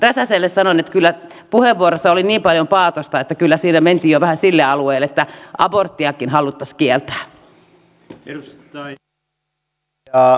räsäselle sanon että puheenvuorossa oli niin paljon paatosta että kyllä siinä mentiin jo vähän sille alueelle että aborttikin haluttaisiin kieltää